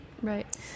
Right